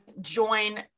join